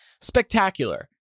spectacular